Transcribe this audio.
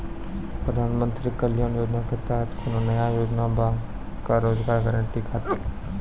प्रधानमंत्री कल्याण योजना के तहत कोनो नया योजना बा का रोजगार गारंटी खातिर?